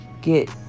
get